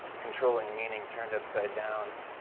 controlling meaning turned upside down.